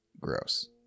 gross